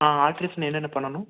ஆ alteration என்னென்ன பண்ணணும்